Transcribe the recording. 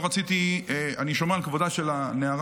לא רציתי, אני שומר על כבודה של הנערה,